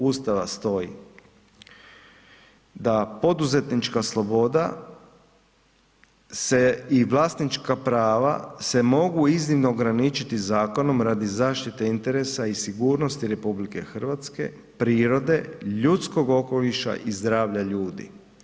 Ustava stoji da poduzetnička sloboda se i vlasnička prava se mogu iznimno ograničiti zakonom radi zaštite interesa i sigurnosti RH, prirode, ljudskog okoliša i zdravlja ljudi.